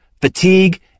fatigue